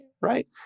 right